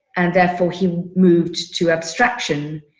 and therefore he moved to abstraction.